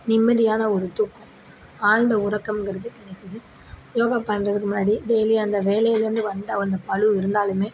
நிம்மதியான ஒரு தூக்கம் ஆழ்ந்த உறக்கம்ங்கிறது கிடைக்குது யோகா பண்ணுறதுக்கு முன்னாடி டெய்லி அந்த வேலையிலேந்து வந்த அந்த பளு இருந்தாலுமே